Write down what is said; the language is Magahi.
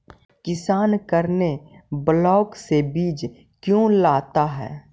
किसान करने ब्लाक से बीज क्यों लाता है?